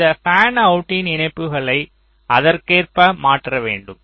அந்த பேன்அவுட்டின் இணைப்புகளை அதற்கேற்ப மாற்ற வேண்டும்